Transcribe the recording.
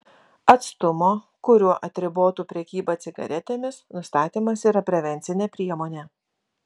atstumo kuriuo atribotų prekybą cigaretėmis nustatymas yra prevencinė priemonė